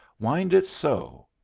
wind it so.